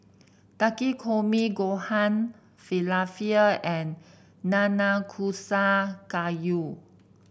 Takikomi Gohan Falafel and Nanakusa Gayu